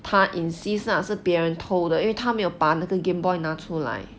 他 insist ah 是别人偷的因为他没有把那个 game boy 拿出来